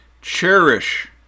cherish